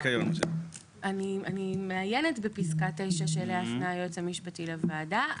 אני מעיינת בפסקה 9 שאליה הפנה היועץ המשפטי של הוועדה.